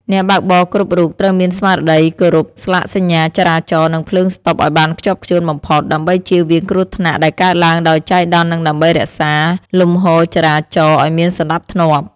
អ្នកបើកបរគ្រប់រូបត្រូវមានស្មារតីគោរពស្លាកសញ្ញាចរាចរណ៍និងភ្លើងស្តុបឱ្យបានខ្ជាប់ខ្ជួនបំផុត ដើម្បីជៀសវាងគ្រោះថ្នាក់ដែលកើតឡើងដោយចៃដន្យនិងដើម្បីរក្សាលំហូរចរាចរណ៍ឱ្យមានសណ្តាប់ធ្នាប់។